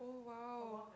oh !wow!